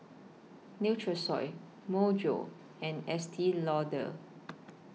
Nutrisoy Myojo and Estee Lauder